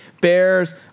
bears